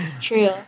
True